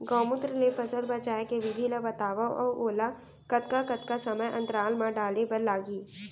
गौमूत्र ले फसल बचाए के विधि ला बतावव अऊ ओला कतका कतका समय अंतराल मा डाले बर लागही?